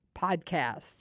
podcast